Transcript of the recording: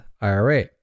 IRA